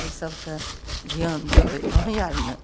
एहि सबके ध्यान देबै अहीँ आर ने